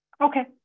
Okay